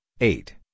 eight